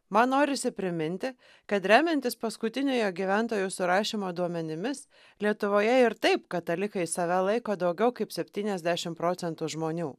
man norisi priminti kad remiantis paskutiniojo gyventojų surašymo duomenimis lietuvoje ir taip katalikais save laiko daugiau kaip septyniasdešimt procentų žmonių